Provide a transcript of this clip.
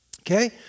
Okay